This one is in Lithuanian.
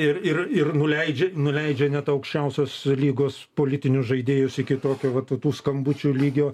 ir ir ir nuleidžia nuleidžia net aukščiausios lygos politinius žaidėjus iki tokio vat tų skambučių lygio